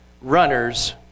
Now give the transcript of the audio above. runners